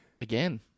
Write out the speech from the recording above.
again